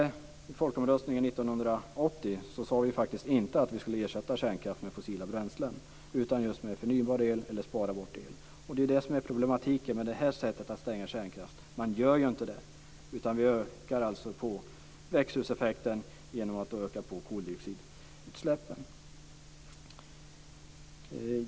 Vid folkomröstningen 1980 sade vi faktiskt inte att kärnkraften skulle ersättas med fossila bränslen utan just med förnybar el eller att el skulle sparas. Problemet med det här sättet att stänga kärnkraft är att detta inte sker, utan vi ökar växthuseffekten genom att öka koldioxidutsläppen.